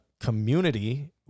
community